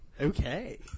Okay